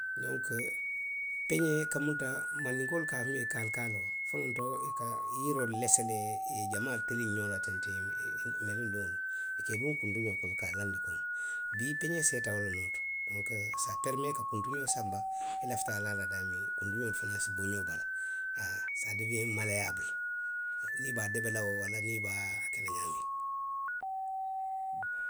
Donku, peňee ka munta, mandinkoolu ka a fo miŋ ye kaanikaanoo. Folonto i ka yiroolu lese le i ye i jamaa tiliŋŋxoola tentiŋ i melundiŋo i ka i duŋ kuntiňoo kono ka a laandi kuŋ; bii peňee seyita wo le nooto. Donku saa perimee ka kuntixoo sanba i lafita a laa la daamiŋ, kuntiňoolu fanaŋ se bo ňoŋ bala haa. saa dewiyeŋ maleyaabulu. niŋ i be a debe la woo walla niŋ i be a ke la ňaamiŋ